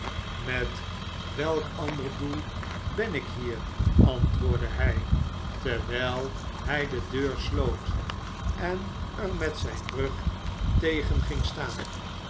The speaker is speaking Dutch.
met welk ander doel ben ik hier antwoordde hii terwiil hii de deur soot en er met zijn rug tegen ging staan